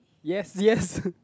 yes yes